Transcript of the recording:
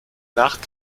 nacht